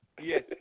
Yes